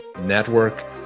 network